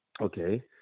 Okay